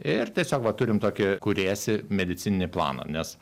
ir tiesiog va turim tokį kuriesi medicininį planą nes